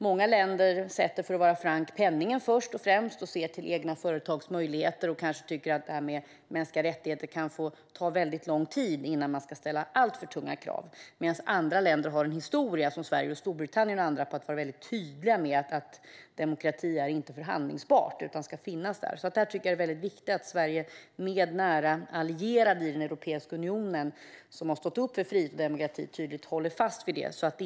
Många länder sätter, för att vara frank, penningen först och ser till egna företags möjligheter och tycker att mänskliga rättigheter kan få ta lång tid innan alltför tunga krav ställs. Andra länder har en historia, till exempel Sverige och Storbritannien, av att vara tydliga med att demokrati inte är förhandlingsbart utan ska finnas där. Det är viktigt att Sverige tillsammans med nära allierade i Europeiska unionen, som har stått upp för frihet och demokrati, tydligt håller fast vid detta.